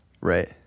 right